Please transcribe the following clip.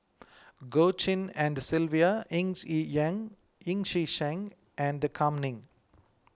Goh Tshin and Sylvia Ng Sheng and Kam Ning